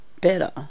better